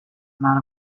amount